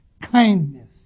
kindness